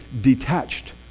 detached